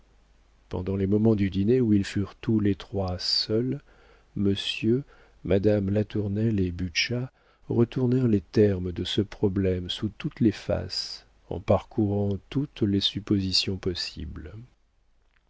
pendant les moments du dîner où ils furent tous les trois seuls monsieur madame latournelle et butscha retournèrent les termes de ce problème sous toutes les faces en parcourant toutes les suppositions possibles